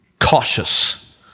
cautious